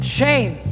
Shame